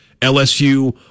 LSU